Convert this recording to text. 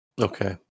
Okay